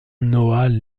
noah